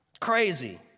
Crazy